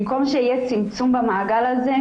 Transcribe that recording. במקום שיהיה צמצום במעגל הזה,